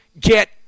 get